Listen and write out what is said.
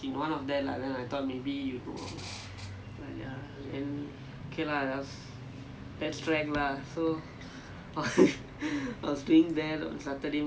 there is a lot actually